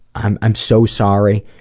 i'm i'm so sorry.